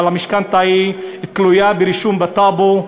אבל המשכנתה תלויה ברישום בטאבו.